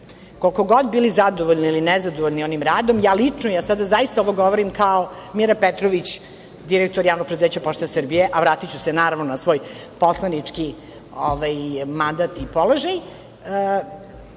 koliko god bili zadovoljni ili nezadovoljni onim radom. Ja lično, ja sada zaista ovo govorim kao Mira Petrović, direktor Javnog preduzeća "Pošta Srbije", a vratiću se naravno na svoj poslanički mandat i položaj.